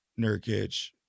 Nurkic